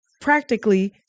practically